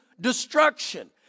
destruction